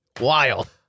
wild